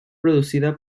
producida